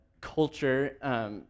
culture